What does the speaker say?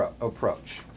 approach